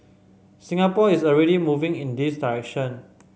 Singapore is already moving in this direction